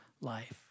life